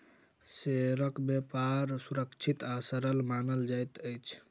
शेयरक व्यापार सुरक्षित आ सरल मानल जाइत अछि